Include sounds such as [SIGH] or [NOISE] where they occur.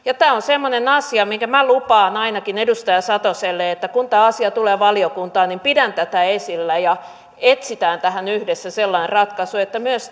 tämä on semmoinen asia että minä lupaan ainakin edustaja satoselle että kun tämä asia tulee valiokuntaan niin pidän tätä esillä ja etsitään tähän yhdessä sellainen ratkaisu että myös [UNINTELLIGIBLE]